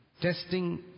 Testing